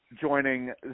joining